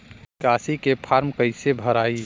निकासी के फार्म कईसे भराई?